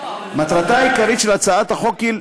מטרתה העיקרית של הצעת החוק היא,